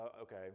okay